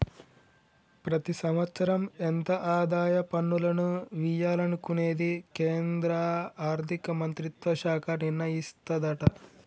ప్రతి సంవత్సరం ఎంత ఆదాయ పన్నులను వియ్యాలనుకునేది కేంద్రా ఆర్థిక మంత్రిత్వ శాఖ నిర్ణయిస్తదట